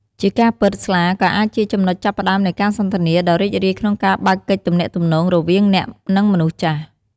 ជាការពិត ស្លាក៏អាចជាចំណុចចាប់ផ្តើមនៃការសន្ទនាដ៏រីករាយក្នុងការបើកកិច្ចទំនាក់ទំនង រវាងអ្នក និងមនុស្សចាស់។